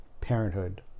parenthood